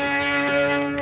and